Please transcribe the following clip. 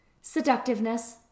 seductiveness